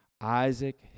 Isaac